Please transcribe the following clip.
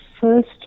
first